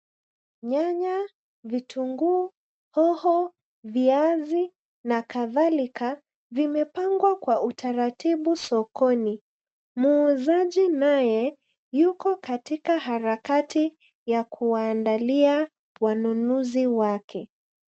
Nyanya ,vitunguu, hoho, viazi na kadhalika, vimepangwa kwa utaratibu sokoni. Muuzaji naye, yuko katika harakati ya kuwaandalia wanunuzi wake.